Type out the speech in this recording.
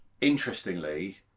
Interestingly